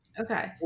okay